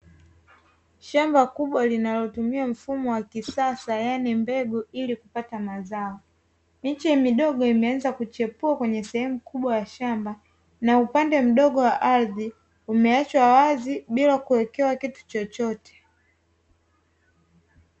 Shamba kubwa linalotumia mfumo wa kisasa yaani mbegu ili kupata mazao. Miche midogo imeanza kuchepua kwenye sehemu kubwa ya shamba, na upande mdogo wa ardhi umeachwa wazi bila kuwekewa kitu chochote.